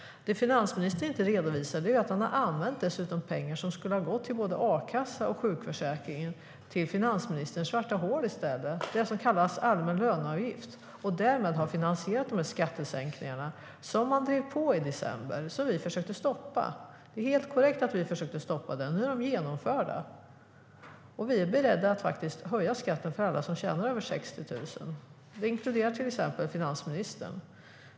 Det finansministern inte redovisar är att han har använt pengar som skulle ha gått till både a-kassan och sjukförsäkringen. De har i stället hamnat i finansministerns svarta hål, det som kallas allmän löneavgift, och har därmed finansierat skattesänkningarna som man drev på i december och som vi försökte stoppa. Det är helt korrekt att vi försökte stoppa dem. Nu är de genomförda. Vi är beredda att faktiskt höja skatten för alla som tjänar över 60 000. Det inkluderar till exempel finansministern.